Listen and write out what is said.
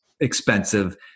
Expensive